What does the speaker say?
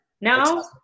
No